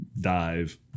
dive